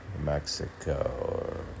Mexico